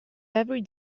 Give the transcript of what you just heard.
every